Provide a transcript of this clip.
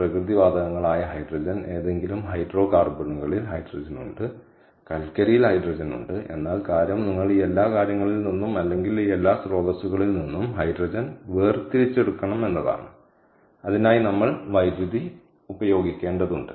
പ്രകൃതിവാതകങ്ങളായ hydrogen ഏതെങ്കിലും ഹൈഡ്രോകാർബണുകളിൽ hydrogen ഉണ്ട് കൽക്കരിയിൽ ഹൈഡ്രജൻ ഉണ്ട് എന്നാൽ കാര്യം നിങ്ങൾ ഈ എല്ലാ കാര്യങ്ങളിൽ നിന്നും അല്ലെങ്കിൽ ഈ എല്ലാ സ്രോതസ്സുകളിൽ നിന്നും ഹൈഡ്രജൻ വേർതിരിച്ചെടുക്കണം അതിനായി നമ്മൾ വൈദ്യുതി ഉപയോഗിക്കേണ്ടതുണ്ട്